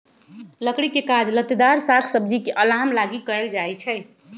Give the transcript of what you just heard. लकड़ी के काज लत्तेदार साग सब्जी के अलाम लागी कएल जाइ छइ